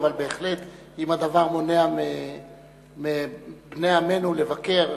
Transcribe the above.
אבל אם הדבר מונע מבני עמנו לבקר,